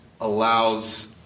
allows